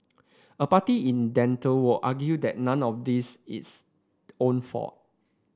a party in dental would argue that none of this is own fault